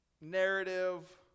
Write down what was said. narrative